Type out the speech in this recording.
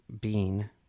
bean